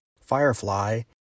Firefly